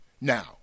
Now